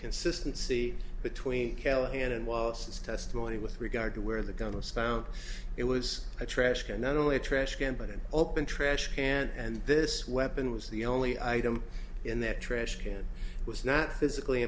consistency between callahan and wallace testimony with regard to where the gun was found it was a trash can not only a trash can but an open trash can and this weapon was the only item in that trash can it was not physically